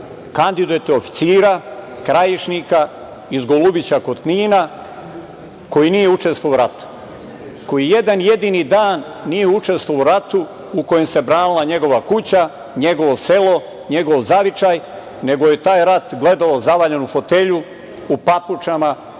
kandidujete oficira, Krajišnika iz Golubića kod Knina, koji nije učestvovao u ratu, koji jedan jedini dan nije učestvovao u ratu u kojem se branila njegova kuća, njegovo selo, njegov zavičaj, nego je taj rat gledao zavaljen u fotelju, u papučama,